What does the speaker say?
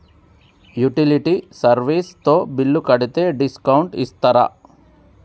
Utility service తో బిల్లు కడితే డిస్కౌంట్ ఇస్తరా?